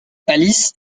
alice